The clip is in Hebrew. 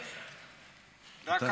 עליך.